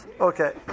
Okay